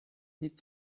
nic